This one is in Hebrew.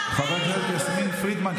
חברת הכנסת פרידמן,